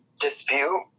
dispute